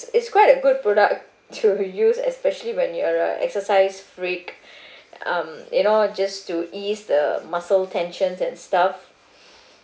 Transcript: it's quite a good product to use especially when you're a exercise freak um you know just to ease the muscle tensions and stuff